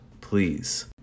please